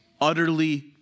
utterly